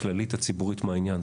הכללית הציבורית מהעניין.